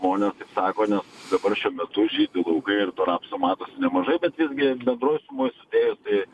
žmonės taip sako nes dabar šiuo metu žydi laukai ir to rapso matosi nemažai bet visgi bendroj sumoj sudėjus tai